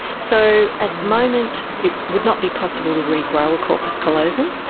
so at the moment it would not be possible to regrow a corpus callosum.